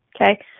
Okay